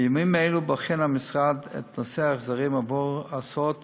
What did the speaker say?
בימים אלו בוחן המשרד את נושא ההחזרים עבור הסעות